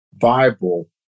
Bible